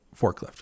forklift